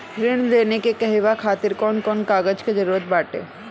ऋण लेने के कहवा खातिर कौन कोन कागज के जररूत बाटे?